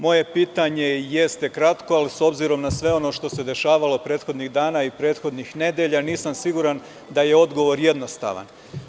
Moje pitanje jeste kratko, ali s obzirom na sve ono što se dešavalo prethodnih dana i prethodnih nedelja, nisam siguran da je odgovor jednostavan.